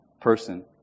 person